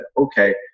okay